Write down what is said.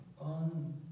on